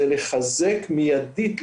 זה לחזק מיידית,